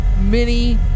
mini